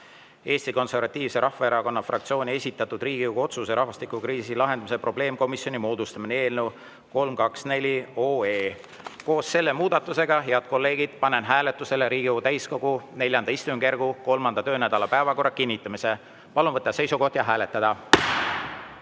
Eesti Konservatiivse Rahvaerakonna fraktsiooni esitatud Riigikogu otsuse "Rahvastikukriisi lahendamise probleemkomisjoni moodustamine" eelnõu 324. Koos selle muudatusega, head kolleegid, panen hääletusele Riigikogu täiskogu IV istungjärgu 3. töönädala päevakorra kinnitamise. Palun võtta seisukoht ja hääletada!